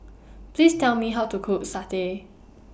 Please Tell Me How to Cook Satay